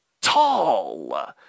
tall